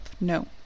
No